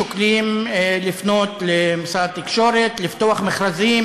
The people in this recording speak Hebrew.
שוקל לפנות לשר התקשורת לפתוח מכרזים,